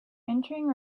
entering